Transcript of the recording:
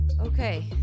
Okay